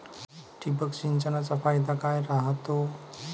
ठिबक सिंचनचा फायदा काय राह्यतो?